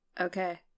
Okay